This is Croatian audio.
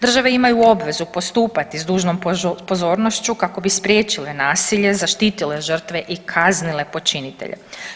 Države imaju obvezu postupati s dužnom pozornošću kako bi spriječile nasilje, zaštitile žrtve i kaznile počinitelje.